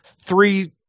three